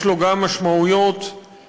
יש לו גם משמעויות רגולטיביות,